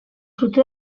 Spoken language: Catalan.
sud